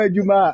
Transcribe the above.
Juma